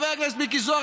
חבר הכנסת מיקי זוהר,